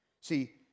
See